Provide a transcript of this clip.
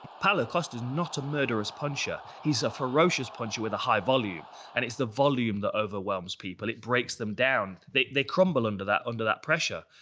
paulo costa's not a murderous puncher. he's a ferocious puncher with a high volume, and it's the volume that overwhelms people. it breaks them down. they they crumble under that under that pressure.